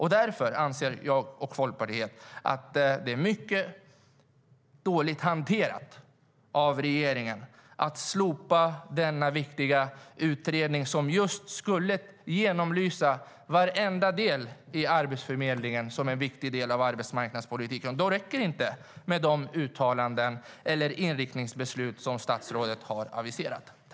Därför anser jag och Folkpartiet att det är mycket dåligt hanterat av regeringen att slopa denna viktiga utredning som just skulle genomlysa varenda del i Arbetsförmedlingen, och det räcker inte med de uttalanden eller inriktningsbeslut som statsrådet har aviserat.